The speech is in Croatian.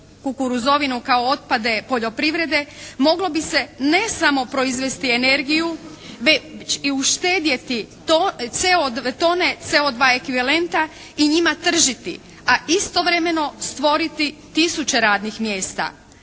kukuruzovinu kao otpade poljoprivrede moglo bi se ne samo proizvesti energiju već i uštedjeti tone CO2 ekvivalenta i njima tržiti, a istovremeno stvoriti tisuće radnih mjesta.